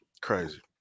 crazy